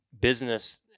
business